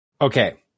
Okay